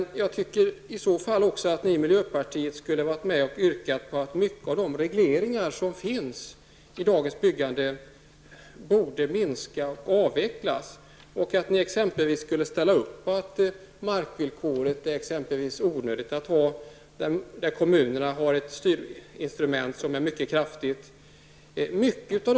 Men jag tycker i så fall att ni i miljöpartiet borde ha yrkat på att mycket av de regleringar som finns i dagens byggande borde avvecklas -- exempelvis markvillkoret, där kommunerna har ett mycket kraftigt styrinstrument.